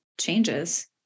changes